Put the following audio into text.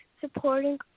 supporting